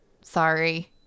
Sorry